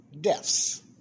deaths